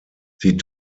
sie